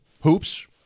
hoops